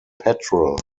petrol